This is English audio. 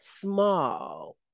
small